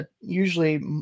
usually